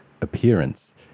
appearance